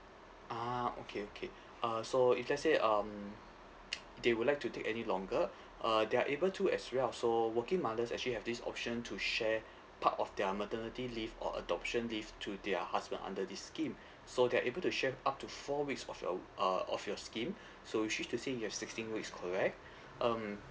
ah okay okay uh so if let's say um they would like to take any longer uh they are able to as well so working mothers actually have this option to share part of their maternity leave or adoption leave to their husband under this scheme so they're able to share up to four weeks of your uh of your scheme so which means to say you have sixteen weeks correct um